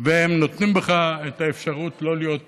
והם נותנים בך את האפשרות לא להיות